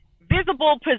visible